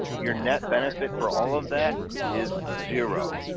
your net benefit for all of that is zero.